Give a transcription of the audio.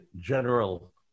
general